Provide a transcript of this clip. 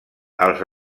els